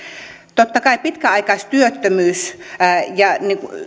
totta kai pitkäaikaistyöttömyys ja